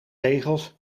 tegels